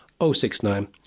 069